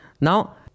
Now